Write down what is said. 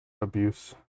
Abuse